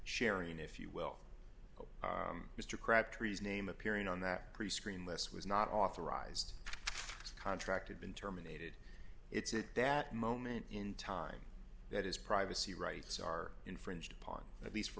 sharing if you will of mr crabtree his name appearing on that prescreen this was not authorized contracted been terminated it's at that moment in time that his privacy rights are infringed upon at least for